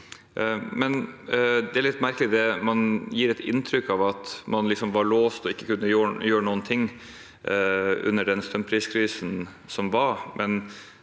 det er litt merkelig, for man gir inntrykk av at man var låst og ikke kunne gjøre noen ting under den strømpriskrisen som var.